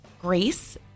grace